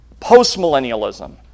postmillennialism